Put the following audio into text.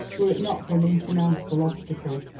were it not for an insurmountable obstacle.